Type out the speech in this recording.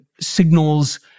signals